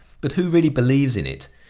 but who really believes in it?